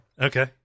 Okay